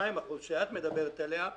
ה-22% שאת מדברת עלייה,